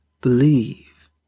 Believe